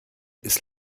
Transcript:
ist